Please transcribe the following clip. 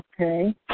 Okay